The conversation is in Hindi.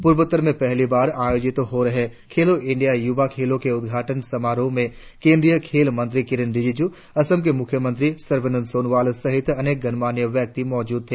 पूर्वोत्तर में पहली बार आयोजित हो रहे खेलो इंडिया युवा खेलों के उद्घाटन समारोह में केंद्रीय खेल मंत्री किरेन रिजिज्र असम के मुख्यमंत्री सर्बानंद सोनोवाल सहित अनेक गणमान्य व्यक्ति मौजूद है